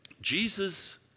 Jesus